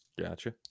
Gotcha